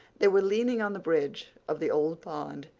they were leaning on the bridge of the old pond,